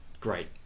great